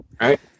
Right